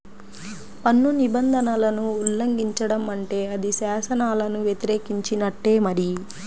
పన్ను నిబంధనలను ఉల్లంఘించడం అంటే అది శాసనాలను వ్యతిరేకించినట్టే మరి